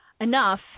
enough